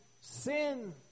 sin